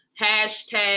hashtag